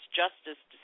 justice